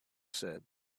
said